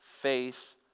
faith